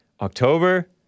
October